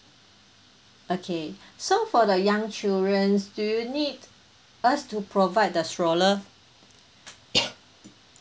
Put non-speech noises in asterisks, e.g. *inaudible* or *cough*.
okay so for the young children do you need us to provide the stroller *coughs*